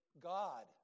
God